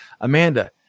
Amanda